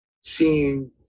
seeing